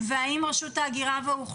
האם זה אושר על ידי רשות ההגירה והאוכלוסין